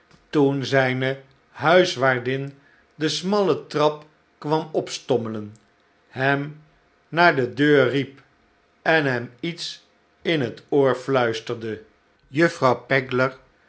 toen zijne huiswaardin de smalle trap kwam opstommelen hem naarde slechte tijden deur riep en hem iets in het oor fluisterde juffrouw